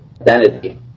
identity